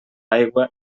aigua